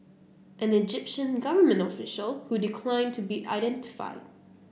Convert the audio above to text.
an Egyptian government official who declined to be identified